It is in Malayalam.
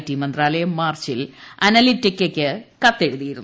ടി മന്ത്രാലയം മാർച്ചിൽ അനലറ്റിക്കയ്ക്ക് കത്തെഴുതിയിരുന്നു